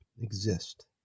exist